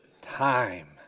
Time